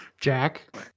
Jack